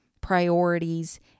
priorities